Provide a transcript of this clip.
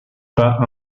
pas